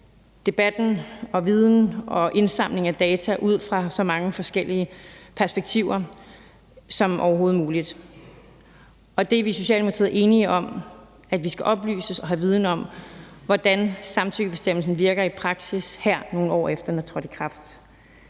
debatten og viden og indsamling af data ud fra så mange forskellige perspektiver som overhovedet muligt. Vi er i Socialdemokratiet enige om, at vi skal oplyses og have viden om, hvordan samtykkebestemmelsen virker i praksis, her nogle år efter den er trådt i kraft.